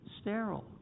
sterile